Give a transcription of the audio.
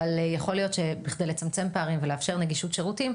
אבל יכול להיות שבכדי לצמצם פערים ולאפשר נגישות שירותים,